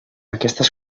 aquestes